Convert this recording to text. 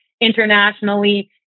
internationally